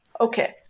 Okay